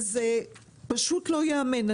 זה פשוט לא ייאמן.